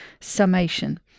summation